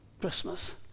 Christmas